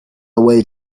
away